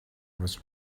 was